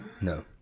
No